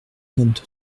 vingt